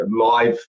live